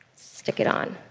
stick it on.